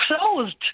closed